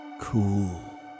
cool